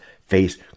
face